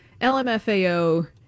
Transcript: LMFAO